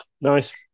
Nice